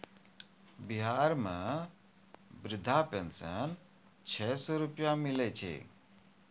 बिहार मे वृद्धा पेंशन छः सै रुपिया मिलै छै